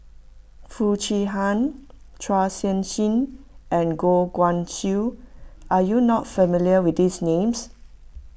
Foo Chee Han Chua Sian Chin and Goh Guan Siew are you not familiar with these names